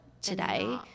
today